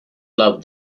love